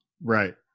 Right